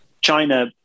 China